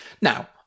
Now